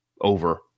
over